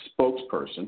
spokesperson